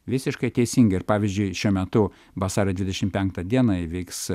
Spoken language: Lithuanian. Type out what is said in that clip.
visiškai teisingai ir pavyzdžiui šiuo metu vasario dvidešimt penktą dieną įvyks